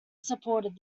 supported